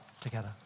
together